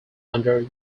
under